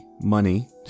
Money